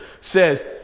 says